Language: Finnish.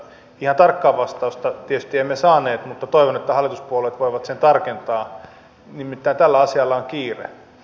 ihan tarkkaa vastausta tietysti emme saaneet mutta toivon että hallituspuolueet voivat sen tarkentaa nimittäin tällä asialla on kiire